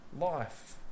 life